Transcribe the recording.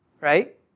right